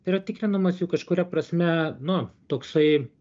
yra tikrinamas jų kažkuria prasme nu toksai